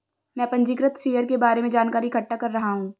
मैं पंजीकृत शेयर के बारे में जानकारी इकट्ठा कर रहा हूँ